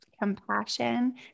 compassion